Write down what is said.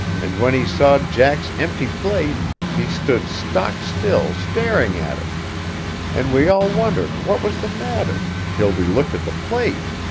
and when he saw jack's empty plate he stood stock still staring at it and we all wondered what was the matter, till we looked at the plate.